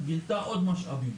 גילתה עוד משאבים.